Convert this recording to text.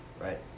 right